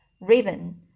ribbon